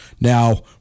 now